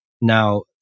Now